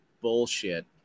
bullshit